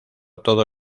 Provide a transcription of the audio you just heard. todo